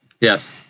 Yes